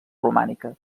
romànica